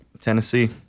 Tennessee